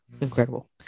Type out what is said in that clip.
incredible